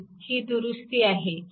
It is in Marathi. ही दुरुस्ती आहे